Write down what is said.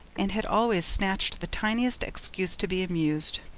and had always snatched the tiniest excuse to be amused.